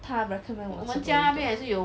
他 recommended 我吃 burrito